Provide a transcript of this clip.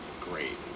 great